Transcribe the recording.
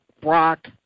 Brock